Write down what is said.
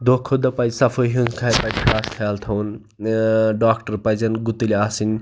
دۄہ کھۄتہٕ دۄہ پَزِ صفٲیی ہنٛز پَزِ خاص خیال تھاوُن ٲں ڈاکٹَر پَزیٚن گُتٕلۍ آسٕنۍ